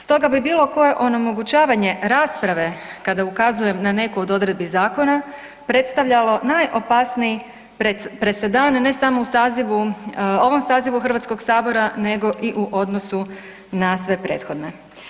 Stoga bi bilo koje onemogućavanje rasprave kada ukazujem na neku od odredbi zakona predstavljalo najopasniji presedan ne samo u ovom sazivu Hrvatskoga sabora, nego i u odnosu na sve prethodne.